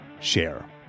share